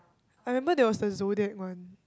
I remember there was the zodiac one